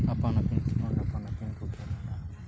ᱟᱯᱟᱱᱼᱟᱹᱯᱤᱱ ᱠᱷᱮᱞᱳᱰᱟ ᱟᱯᱟᱱᱼᱟᱹᱯᱤᱱ ᱠᱚ ᱠᱷᱮᱞᱳᱰᱟ